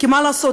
כי מה לעשות,